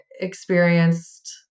experienced